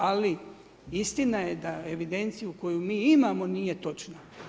Ali istina je da evidenciju koju mi imamo nije točna.